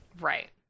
Right